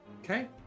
Okay